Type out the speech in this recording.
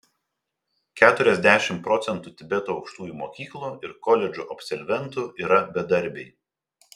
keturiasdešimt procentų tibeto aukštųjų mokyklų ir koledžų absolventų yra bedarbiai